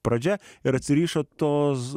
pradžia ir atsirišo tos